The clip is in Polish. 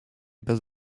bez